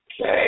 Okay